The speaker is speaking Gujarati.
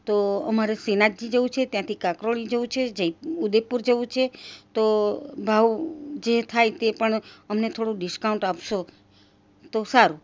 તો અમારે શ્રીનાથજી જવું છે ત્યાંથી કાંકરોલી જવું છે જય ઉદયપુર જવું છે તો ભાવ જે થાય તે પણ અમને થોડું ડિસ્કાઉન્ટ આપશો તો સારું